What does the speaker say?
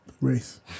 race